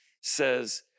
says